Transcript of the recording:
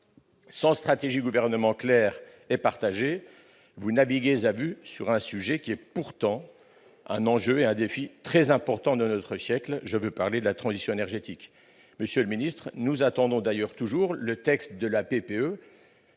Sans stratégie gouvernementale claire et partagée, vous naviguez à vue sur un sujet qui est pourtant un enjeu et un défi très important de notre siècle : je veux parler de la transition énergétique. Nous attendons d'ailleurs toujours, monsieur le